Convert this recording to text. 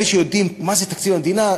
אלה שיודעים מה זה תקציב המדינה,